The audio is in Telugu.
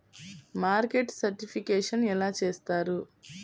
మార్కెట్ సర్టిఫికేషన్ ఎలా చేస్తారు?